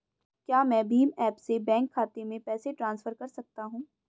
क्या मैं भीम ऐप से बैंक खाते में पैसे ट्रांसफर कर सकता हूँ?